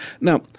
Now